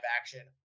action